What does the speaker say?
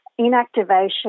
inactivation